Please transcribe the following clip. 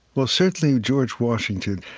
well, certainly george washington,